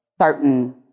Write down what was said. certain